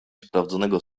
sprawdzonego